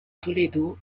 toledo